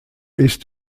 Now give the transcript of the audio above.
ist